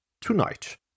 Tonight